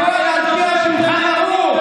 הכול על פי השולחן ערוך.